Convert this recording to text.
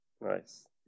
Nice